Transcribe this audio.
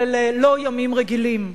אבל אלה לא ימים רגילים,